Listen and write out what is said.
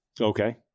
Okay